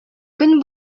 көн